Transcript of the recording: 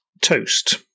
toast